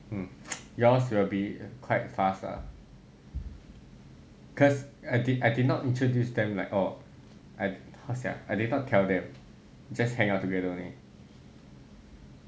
hmm yours will be quite fast lah cause I did I did not introduce them like oh I didn't tell them just hang out together only